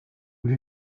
will